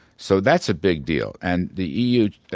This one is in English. so that's a big deal. and the eu,